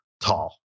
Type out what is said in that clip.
tall